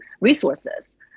resources